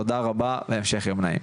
תודה רבה והמשך יום נעים.